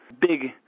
big